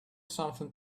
something